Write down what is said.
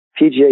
PGA